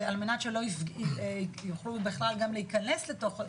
על מנת שלא יוכלו בכלל גם להיכנס לתוכם.